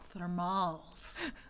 Thermals